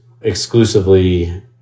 exclusively